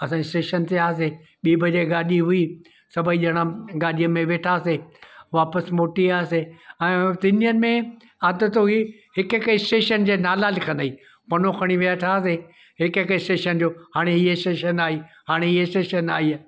असां स्टेशन ते वियासीं ॿी बजे गाॾी हुई सभई ॼणा गाॾीअ में वेठासीं वापिसि मोटी आयासीं ऐं तिनि ॾींहनि में आदतु हुई हिकु हिकु स्टेशन जा नाला लिखण जी पन्नो खणी वेठासीं हिकु हिकु स्टेशन जो हाणे हीअ स्टेशन आई हाणे हीअ स्टेशन आई आहे